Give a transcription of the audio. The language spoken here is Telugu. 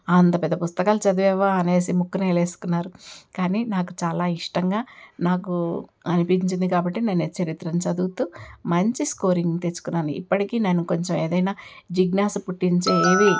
అంత పెద్ద పుస్తకాలు చదివావ అనేసి ముక్కున వేలేసుకున్నారు కానీ నాకు చాలా ఇష్టంగా నాకు అనిపించింది కాబట్టి నేను చరిత్రను చదువుతూ మంచి స్కోరింగ్ తెచ్చుకున్నాను ఇప్పటికీ నేను కొంచెం ఏదైనా జిజ్ఞాస పుట్టించేవి